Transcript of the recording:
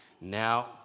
now